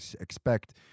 expect